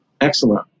Excellent